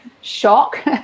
shock